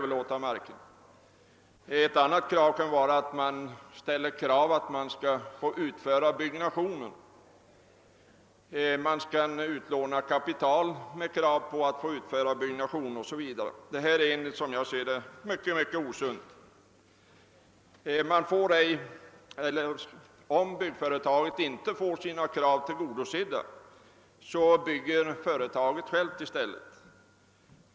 Ett annat krav kan vara att man skall få utföra byggnationen inom området. Man kanske också lånar ut pengar med krav på att få utföra byggnationen o.s.v. Allt detta är mycket osunt, som jag ser det. Om byggföretaget inte får sina krav tillgodosedda bygger man själv i stället.